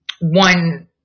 one